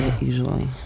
usually